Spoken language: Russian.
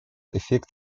эффект